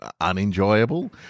unenjoyable